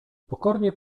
pokornie